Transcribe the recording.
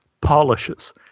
polishes